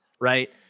right